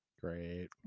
great